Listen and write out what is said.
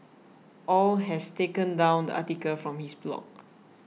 Au has taken down the article from his blog